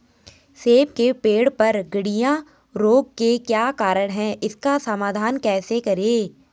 सेब के पेड़ पर गढ़िया रोग के क्या कारण हैं इसका समाधान कैसे करें?